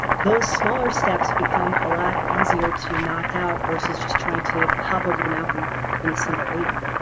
those smaller steps become a lot easier to knock out versus just trying to hop over the mountain in a single leap.